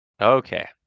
Okay